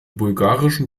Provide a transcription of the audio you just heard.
bulgarischen